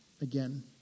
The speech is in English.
again